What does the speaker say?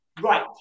Right